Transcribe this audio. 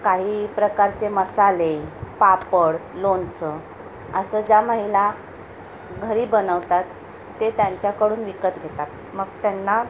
काही प्रकारचे मसाले पापड लोणचं असं ज्या महिला घरी बनवतात ते त्यांच्याकडून विकत घेतात मग त्यांना